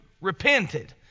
repented